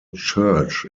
church